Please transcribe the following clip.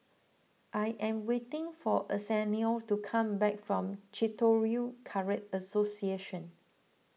I am waiting for Arsenio to come back from Shitoryu Karate Association